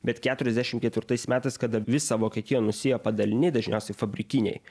bet keturiasdešim ketvirtais metais kada visą vokietiją nusėjo padaliniai dažniausiai fabrikiniai